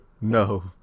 No